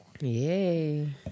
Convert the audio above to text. Yay